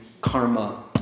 karma